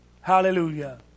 Hallelujah